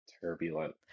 turbulent